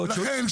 ועוד --- לכן,